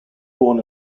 born